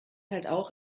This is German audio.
halt